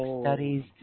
studies